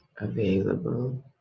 available